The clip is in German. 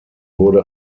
wurde